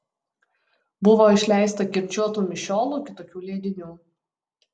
buvo išleista kirčiuotų mišiolų kitokių leidinių